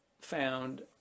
found